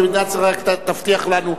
שמדינת ישראל רק תבטיח לנו,